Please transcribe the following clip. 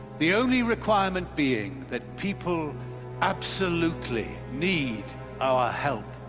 the only requirement being that people absolutely need our help.